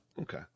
Okay